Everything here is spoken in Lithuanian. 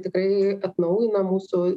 tikrai atnaujina mūsų